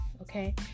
okay